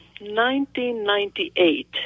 1998